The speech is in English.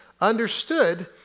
understood